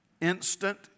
instant